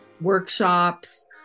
workshops